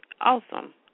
awesome